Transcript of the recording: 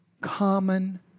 common